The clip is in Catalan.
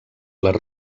les